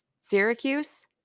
Syracuse